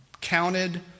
counted